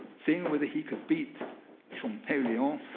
seeing whether he could beat champillion